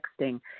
texting